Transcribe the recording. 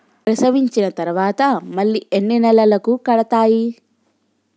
ప్రసవించిన తర్వాత మళ్ళీ ఎన్ని నెలలకు కడతాయి?